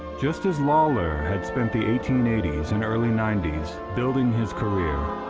just as lawlor had spent the eighteen eighty s and early ninety s building his career,